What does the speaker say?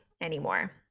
anymore